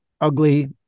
ugly